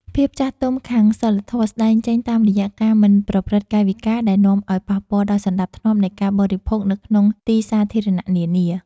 ភាពចាស់ទុំខាងសីលធម៌ស្តែងចេញតាមរយៈការមិនប្រព្រឹត្តកាយវិការដែលនាំឱ្យប៉ះពាល់ដល់សណ្តាប់ធ្នាប់នៃការបរិភោគនៅក្នុងទីសាធារណៈនានា។